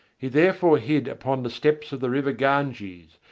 he therefore hid upon the steps of the river ganges,